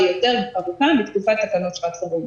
היא יותר ארוכה מתקופת תקנות שעת חירום.